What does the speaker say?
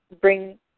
bring